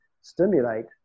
stimulate